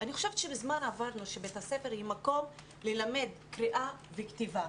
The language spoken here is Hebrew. אני חושבת שמזמן עברנו שבית ספר הוא מקום ללמד קריאה וכתיבה.